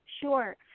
Sure